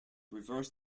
reversed